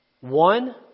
One